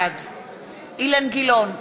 בעד אילן גילאון,